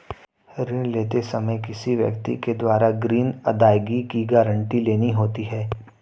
ऋण लेते समय किसी व्यक्ति के द्वारा ग्रीन अदायगी की गारंटी लेनी होती है